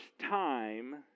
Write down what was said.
time